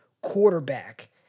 quarterback